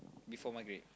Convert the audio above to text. before maghrib